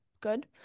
good